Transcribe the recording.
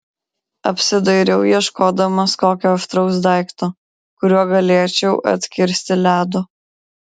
apsidairiau ieškodamas kokio aštraus daikto kuriuo galėčiau atkirsti ledo